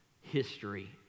history